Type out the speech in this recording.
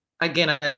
again